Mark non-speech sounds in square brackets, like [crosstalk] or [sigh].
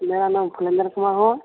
मेरा नाम [unintelligible]